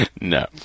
no